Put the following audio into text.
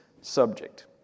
subject